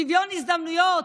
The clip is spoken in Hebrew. שוויון הזדמנויות,